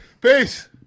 peace